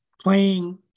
playing